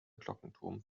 glockenturm